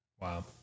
Wow